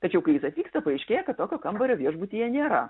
tačiau kai jis atvyksta paaiškėja kad tokio kambario viešbutyje nėra